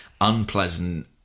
unpleasant